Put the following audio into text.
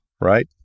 right